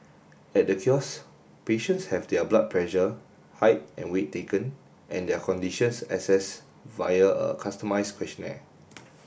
at the kiosk patients have their blood pressure height and weight taken and their conditions assessed via a customised questionnaire